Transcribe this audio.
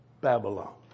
Babylon